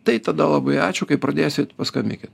tai tada labai ačiū kai pradėsit paskambykit